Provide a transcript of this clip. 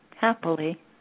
happily